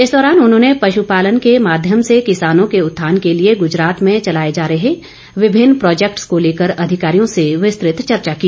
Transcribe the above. इस दौरान उन्होंने पशु पालन के माध्यम से किसानों के उत्थान के लिए गुजरात में चलाए जा रहे विभिन्न प्रोजेक्टस को लेकर अधिकारियों से विस्तृत चर्चा की